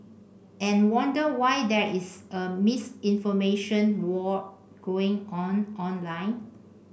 and wonder why there is a misinformation war going on online